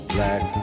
Black